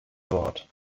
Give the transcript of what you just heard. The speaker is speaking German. wort